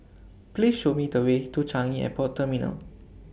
Please Show Me The Way to Changi Airport Terminal